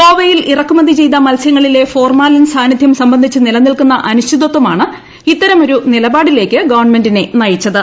ഗോവയിൽ ഇറക്കുമതി ചെയ്ത് മീസ്യങ്ങളിലെ ഫോർമാലിൻ സാന്നിധ്യം സംബന്ധിച്ച് നില്ലിന്റിൽക്കുന്ന അനിശ്ചിതത്വമാണ് ഇത്തരമൊരു നിലപാട്ടില്ലേക്ക് ഗവൺമെന്റിനെ നയിച്ചത്